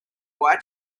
white